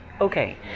Okay